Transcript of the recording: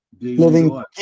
Living